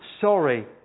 sorry